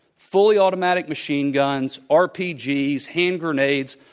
fully automatic machine guns, rpg's, hand grenades,